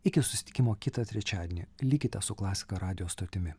iki susitikimo kitą trečiadienį likite su klasika radijo stotimi